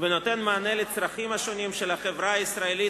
ונותן מענה על הצרכים השונים של החברה הישראלית,